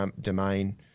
domain